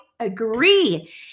agree